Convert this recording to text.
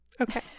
Okay